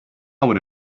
want